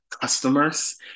customers